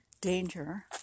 danger